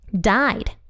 died